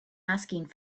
asking